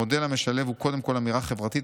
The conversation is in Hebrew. המודל המשלב הוא קודם כול אמירה חברתית,